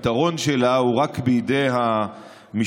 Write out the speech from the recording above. הפתרון שלה הוא רק בידי המשטרה.